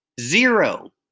zero